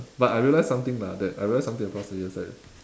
but I realized something lah that I realize something across the years that